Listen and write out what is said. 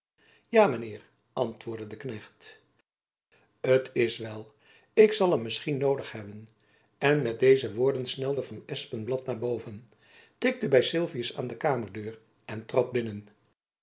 ja mijn heer antwoordde de knecht t is wel ik zal hem misschien noodig hebben en met deze woorden snelde van espenblad naar boven tikte by sylvius aan de kamerdeur en trad binnen